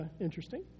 interesting